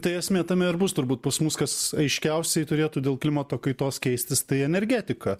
tai esmė tame ir bus turbūt pas mus kas aiškiausiai turėtų dėl klimato kaitos keistis tai energetika